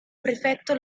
prefetto